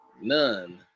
None